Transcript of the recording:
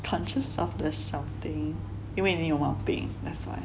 conscious of the something 因为你有毛病 that's why